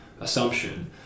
assumption